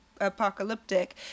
apocalyptic